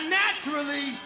naturally